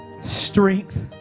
strength